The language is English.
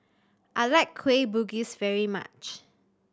I like Kueh Bugis very much